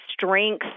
strength